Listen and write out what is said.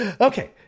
okay